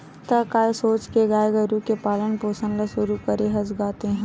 त काय सोच के गाय गरु के पालन पोसन ल शुरू करे हस गा तेंहा?